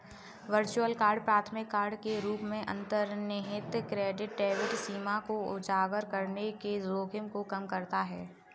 virtual card प्राथमिक card के रूप में अंतर्निहित क्रेडिट डेबिट सीमा को उजागर करने के जोखिम को कम करता है